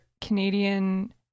Canadian